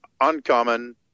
Uncommon